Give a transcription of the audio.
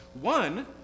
One